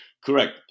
Correct